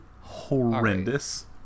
horrendous